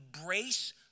embrace